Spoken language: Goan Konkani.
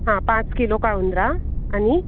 हां पांच किलो काळुंदरा आनी